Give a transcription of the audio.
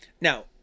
now